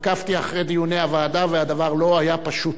עקבתי אחרי דיוני הוועדה והדבר לא היה פשוט.